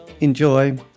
Enjoy